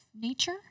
nature